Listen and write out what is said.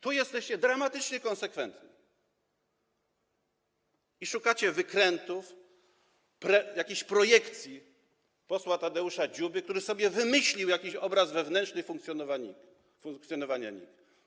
Tu jesteście dramatycznie konsekwentni i szukacie wykrętów, jakichś projekcji posła Tadeusza Dziuby, który sobie wymyślił jakiś obraz wewnętrzny funkcjonowania NIK.